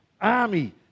army